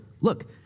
look